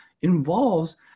involves